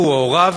הוא או הוריו,